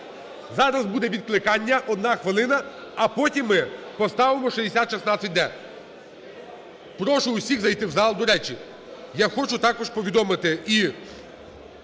Зараз буде відкликання. Одна хвилина. А потім ми поставимо 6016-д. Прошу всіх зайти в зал. До речі, я хочу також повідомити і